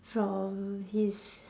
from his